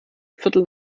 viertel